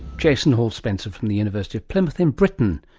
jason hall-spencer from the university of plymouth in britain,